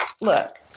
Look